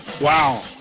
Wow